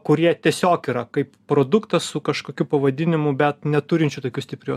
kurie tiesiog yra kaip produktas su kažkokiu pavadinimu bet neturinčiu tokiu stipriu